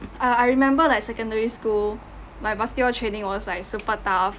err I remember like secondary school my basketball training was like super tough